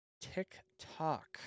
TikTok